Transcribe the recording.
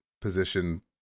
position